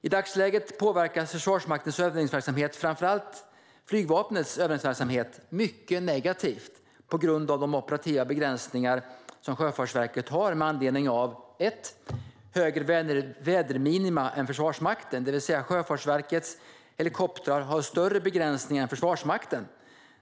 I dagsläget påverkas Försvarsmaktens övningsverksamhet, framför allt flygvapnets övningsverksamhet, mycket negativt av de operativa begränsningar som Sjöfartsverket har med anledning av, för det första, högre väderminimum än Försvarsmakten, det vill säga att Sjöfartsverkets helikoptrar har större begränsningar än Försvarsmakten.